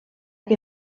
que